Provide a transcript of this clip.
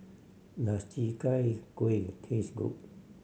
does Chi Kak Kuih taste good